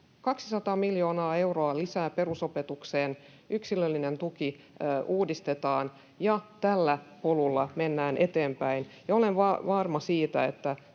200 miljoonaa euroa lisää perusopetukseen, yksilöllinen tuki uudistetaan. Tällä polulla mennään eteenpäin, ja olen varma siitä, että